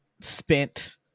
spent